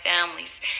families